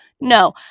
No